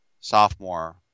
sophomore